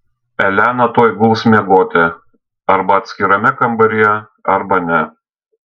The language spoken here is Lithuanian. elena tuoj guls miegoti arba atskirame kambaryje arba ne